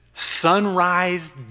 sunrise